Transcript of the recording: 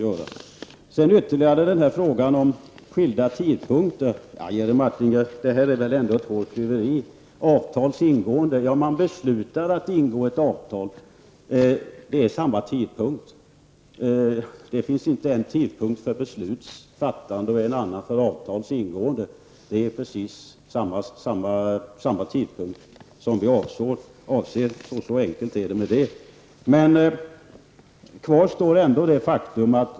När det gäller frågan om särskilda tidpunkter är det väl ändå ett hårklyveri, Jerry Martinger. Det finns inte en tidpunkt för besluts fattande och en annan för avtals ingående, det är precis samma tidpunkt som vi avser. Så enkelt är det med det.